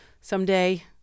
someday